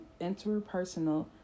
interpersonal